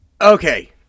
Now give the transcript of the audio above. Okay